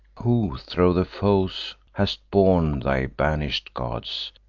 who thro' the foes hast borne thy banish'd gods,